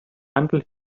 until